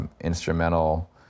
instrumental